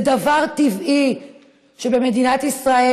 זה דבר טבעי שבמדינת ישראל,